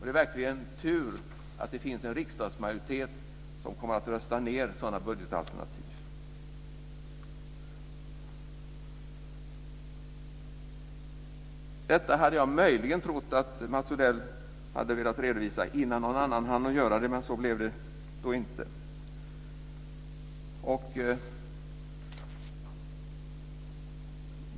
Det är verkligen tur att det finns en riksdagsmajoritet som kommer att rösta ned sådana budgetalternativ. Detta hade jag trott att möjligen Mats Odell hade velat redovisa innan någon annan hann göra det men så blev det inte.